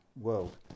world